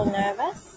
nervous